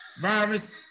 virus